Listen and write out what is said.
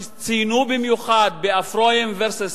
ועוד פעם, מה שציינו במיוחד ב- Afroyim v.